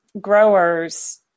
growers